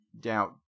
doubt